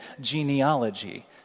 genealogy